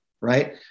Right